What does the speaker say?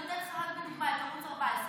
אני אתן לך לדוגמה את ערוץ 14,